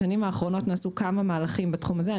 בשנים האחרונות נעשו כמה מהלכים בתחום הזה.